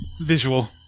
Visual